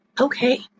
Okay